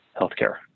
healthcare